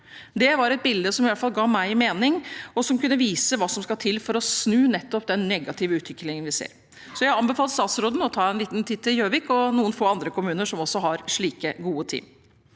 Det var et bilde som i hvert fall ga meg mening, og som kunne vise hva som skal til for å snu nettopp den negative utviklingen vi ser. Så jeg anbefaler statsråden å ta en liten titt til Gjøvik – og til noen få andre kommuner, som også har slike gode team.